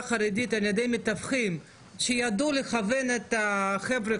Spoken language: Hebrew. החרדית על ידי מתווכחים שיידעו לכוון את החבר'ה,